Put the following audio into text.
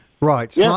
Right